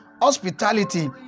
hospitality